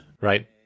Right